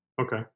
okay